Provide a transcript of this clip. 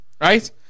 Right